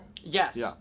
Yes